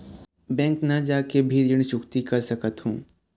Bank न जाके भी ऋण चुकैती कर सकथों?